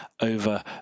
over